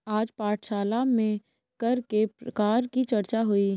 आज पाठशाला में कर के प्रकार की चर्चा हुई